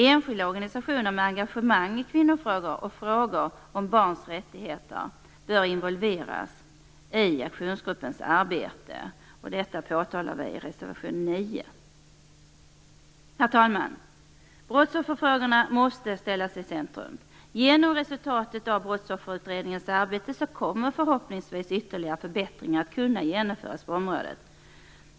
Enskilda organisationer med engagemang i kvinnofrågor och frågor om barns rättigheter bör involveras i aktionsgruppens arbete. Detta påpekar vi i reservation Herr talman! Brottsofferfrågorna måste ställas i centrum. Genom resultatet av Brottsofferutredningens arbete kommer förhoppningsvis ytterligare förbättringar att kunna genomföras på området.